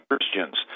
Christians